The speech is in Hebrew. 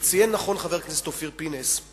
ציין נכון חבר הכנסת אופיר פינס,